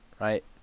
right